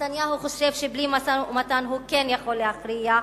נתניהו חושב שבלי משא-ומתן הוא כן יכול להכריע.